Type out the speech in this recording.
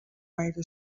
gaire